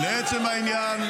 עופר כסיף הוא הבעיה,